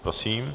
Prosím.